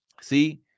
See